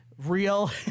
Real